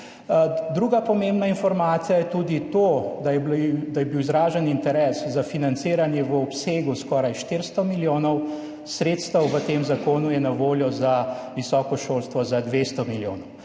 Druga pomembna informacija je tudi to, da je bil izražen interes za financiranje v obsegu skoraj 400 milijonov, sredstev v tem zakonu je na voljo za visoko šolstvo za 200 milijonov.